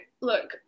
look